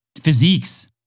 physiques